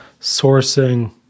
sourcing